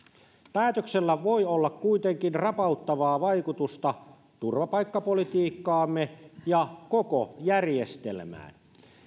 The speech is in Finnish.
päätöksellä voi olla kuitenkin rapauttavaa vaikutusta turvapaikkapolitiikkaamme ja koko järjestelmään